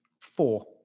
Four